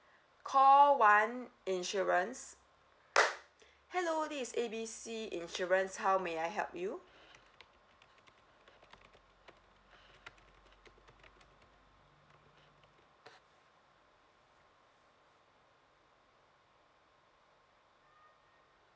call one insurance hello this is A B C insurance how may I help you